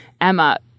Emma